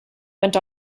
went